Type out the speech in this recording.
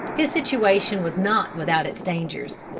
his situation was not without its dangers.